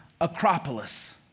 Acropolis